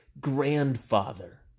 grandfather